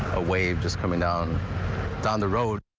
a wave just coming down down the road.